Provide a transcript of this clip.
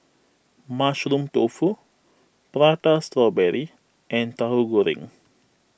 Mushroom Tofu Prata Strawberry and Tahu Goreng